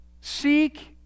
Seek